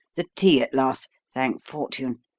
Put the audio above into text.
the tea at last, thank fortune.